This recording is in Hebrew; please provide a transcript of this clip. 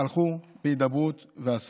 הלכו בהידברות ועשו.